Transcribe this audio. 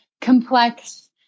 complex